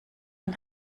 man